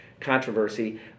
controversy